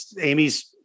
Amy's